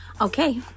Okay